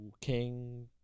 king